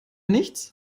nichts